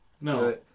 No